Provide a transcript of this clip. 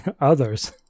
others